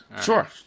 Sure